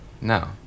No